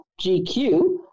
GQ